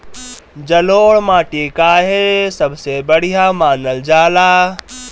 जलोड़ माटी काहे सबसे बढ़िया मानल जाला?